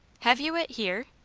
have you it here?